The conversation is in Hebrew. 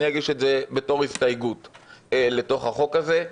אגיש את זה בתור הסתייגות לתוך החוק הזה,